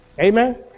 Amen